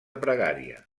pregària